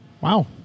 Wow